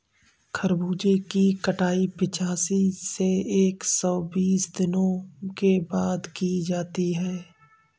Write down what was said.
खरबूजे की कटाई पिचासी से एक सो बीस दिनों के बाद की जाती है